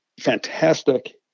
fantastic